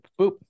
boop